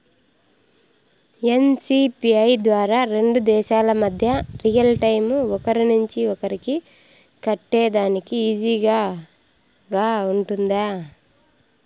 NCPI ద్వారా రెండు దేశాల మధ్య రియల్ టైము ఒకరి నుంచి ఒకరికి కట్టేదానికి ఈజీగా గా ఉంటుందా?